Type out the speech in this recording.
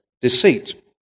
deceit